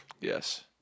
Yes